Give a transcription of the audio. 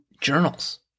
journals